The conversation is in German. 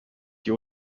die